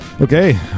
Okay